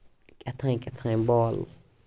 کیاتھانۍ کیاتھانۍ بال